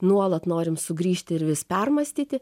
nuolat norim sugrįžti ir vis permąstyti